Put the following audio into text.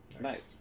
Nice